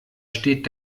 steht